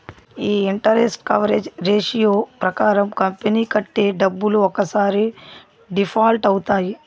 ఈ interest coverage ratio ప్రకారం company కట్టే డబ్బులు ఒక్కసారి డిఫాల్ట్ అవుతాయి